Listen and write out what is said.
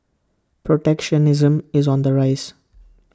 protectionism is on the rise